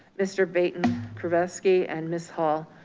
mr. baten kravetsky and ms. hall.